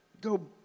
go